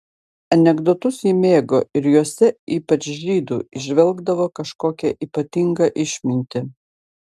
anekdotus ji mėgo ir juose ypač žydų įžvelgdavo kažkokią ypatingą išmintį